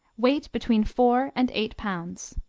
weight between four and eight pounds.